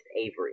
Avery